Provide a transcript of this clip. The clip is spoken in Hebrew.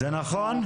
זה נכון?